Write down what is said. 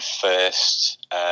first